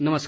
नमस्कार